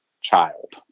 child